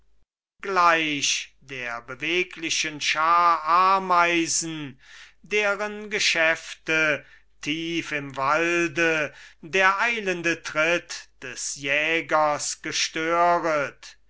gleich der beweglichen schar ameisen deren geschäfte tief im walde der eilende tritt des jägers gestöret